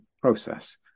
process